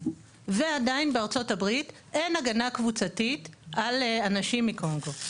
ועדיין בארצות הברית אין הגנה קבוצתית על אנשים מקונגו,